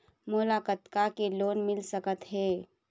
मोला कतका के लोन मिल सकत हे?